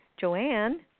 Joanne